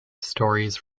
stories